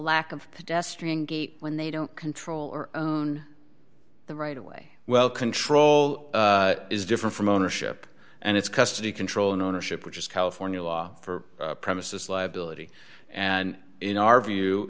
gate when they don't control or the right away well control is different from ownership and it's custody control and ownership which is california law for premises liability and in our view